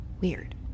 Weird